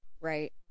Right